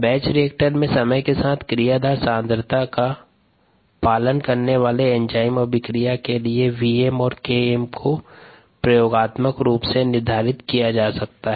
batch reactor में समय के साथ क्रियाधार सांद्रता का पालन करने वाले एंजाइम अभिक्रिया के लिए Vm और Km को प्रयोगात्मक रूप से निर्धारित किया जा सकता है